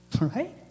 Right